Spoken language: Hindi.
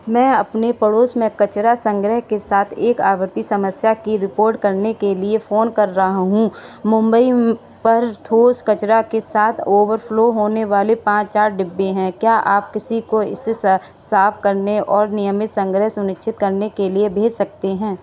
मैं अपने पड़ोस में कचरा संग्रह के साथ एक आवर्ती समस्या की रिपोर्ट करने के लिए फ़ोन कर रहा हूं मुंबई पर ठोस कचरा के साथ ओवरफ़्लो होने वाले पाँच चार डिब्बे हैं क्या आप किसी को इसे साफ करने और नियमित संग्रहण सुनिश्चित करने के लिए भेज सकते हैं